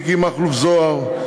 מכלוף מיקי זוהר,